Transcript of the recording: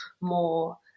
more